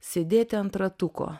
sėdėti ant ratuko